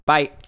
Bye